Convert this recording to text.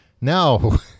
No